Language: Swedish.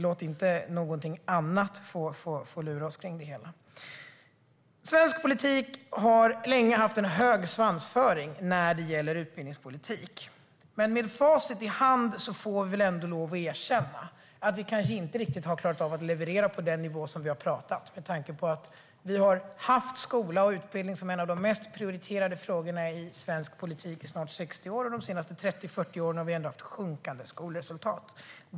Låt inte några andra uppfattningar få lura oss! Svensk politik har länge haft en hög svansföring i fråga om utbildningspolitik. Men med facit i hand får vi väl ändå lov att erkänna att vi kanske inte riktigt har klarat av att leverera på den nivå som vi har pratat, med tanke på att vi har haft skola och utbildning som en av de mest prioriterade frågorna i svensk politik i snart 60 år, men de senaste 30-40 åren ändå haft sjunkande skolresultat.